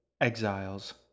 Exiles